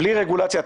בלי רגולציה,